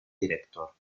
director